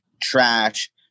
trash